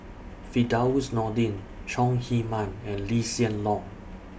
Firdaus Nordin Chong Heman and Lee Hsien Loong